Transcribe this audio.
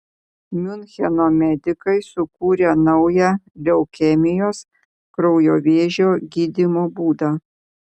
miuncheno medikai sukūrė naują leukemijos kraujo vėžio gydymo būdą